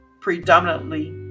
predominantly